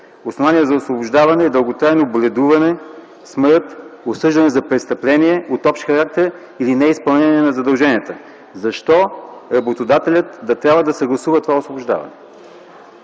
основание за освобождаване е: „дълготрайно боледуване, смърт, осъждане за престъпление от общ характер или неизпълнение на задълженията”. Защо работодателят да трябва да съгласува това освобождаване?!